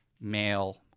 male